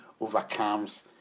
overcomes